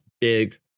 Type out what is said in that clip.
big